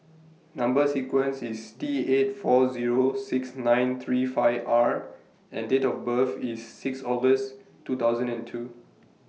Number sequence IS T eight four Zero six nine three five R and Date of birth IS six August two thousand and two